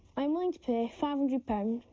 i'm willing to pay five hundred pound,